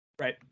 Right